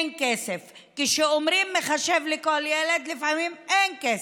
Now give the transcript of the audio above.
אין כסף, כשאומרים מחשב לכל ילד, לפעמים אין כסף,